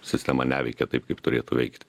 sistema neveikia taip kaip turėtų veikti